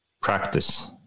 practice